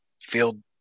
field